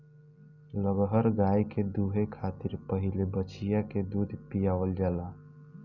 लगहर गाय के दूहे खातिर पहिले बछिया के दूध पियावल जाला